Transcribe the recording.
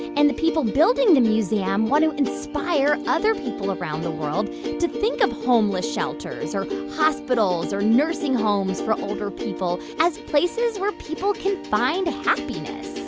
and the people building the museum want to inspire other people around the world to think of homeless shelters, or hospitals or nursing homes for older people as places where people can find happiness.